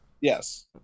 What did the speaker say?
Yes